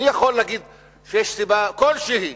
מי יכול להגיד שיש סיבה כלשהי.